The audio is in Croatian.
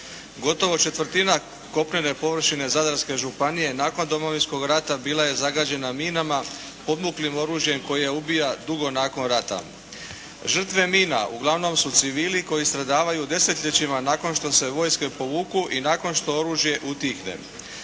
Gotovo četvrtina kopnene površine Zadarske županije nakon Domovinskog rata bila je zagađena minama, podmuklim oružjem koje ubija dugo nakon rata. Žrtve mina uglavnom su civili koji stradavaju desetljećima nakon što se vojske povuku i nakon što oružje utihne.